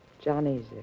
Johnny's